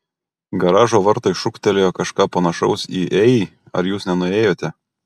garažo vartai šūktelėjo kažką panašaus į ei ar jūs nenuėjote